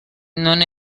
non